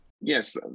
Yes